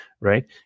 right